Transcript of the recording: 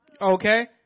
Okay